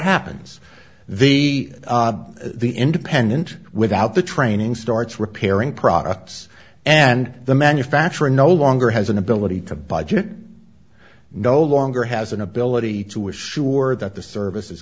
happens the the independent without the training starts repairing products and the manufacturer no longer has an ability to budget no longer has an ability to assure that the service is